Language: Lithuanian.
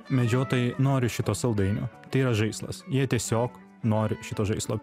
medžiotojai nori šito saldainio tai yra žaislas jie tiesiog nori šito žaislo